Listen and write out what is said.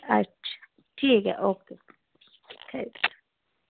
अच्छा ठीक ऐ ओके ठीक